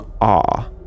awe